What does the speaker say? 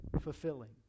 fulfilling